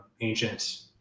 ancient